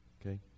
Okay